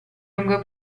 lungo